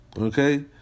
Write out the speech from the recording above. okay